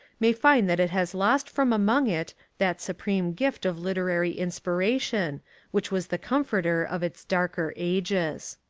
may find that it has lost from among it that supreme gift of literary inspiration which was the com forter of its darker ages.